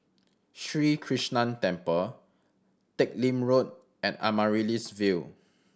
Sri Krishnan Temple Teck Lim Road and Amaryllis Ville